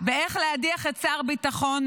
באיך להדיח את שר הביטחון,